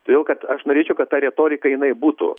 todėl kad aš norėčiau kad ta retorika jinai būtų